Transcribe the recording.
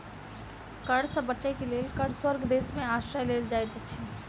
कर सॅ बचअ के लेल कर स्वर्ग देश में आश्रय लेल जाइत अछि